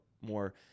more